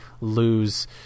lose